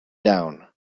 down